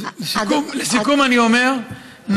לסיכום אני אומר,